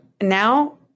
Now